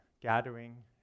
gathering